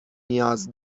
نیاز